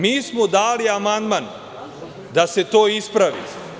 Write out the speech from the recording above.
Mi smo dali amandman da se to ispravi.